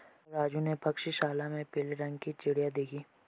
कल राजू ने पक्षीशाला में पीले रंग की चिड़िया देखी